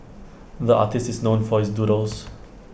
the artist is known for his doodles